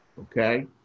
Okay